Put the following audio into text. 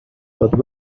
but